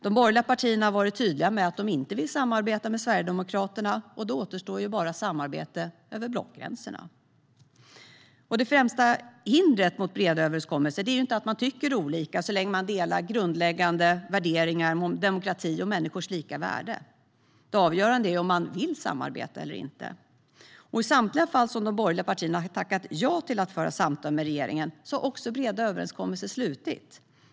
De borgerliga partierna har varit tydliga med att de inte vill samarbeta med Sverigedemokraterna, och då återstår ju bara ett samarbete över blockgränserna. Det främsta hindret mot breda överenskommelser är inte att man tycker olika, så länge man delar grundläggande värderingar om demokrati och människors lika värde. Det avgörande är om man vill samarbeta eller inte. I samtliga fall då de borgerliga har tackat ja till att föra samtal med regeringen har också breda överenskommelser slutits.